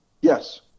Yes